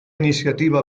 iniciativa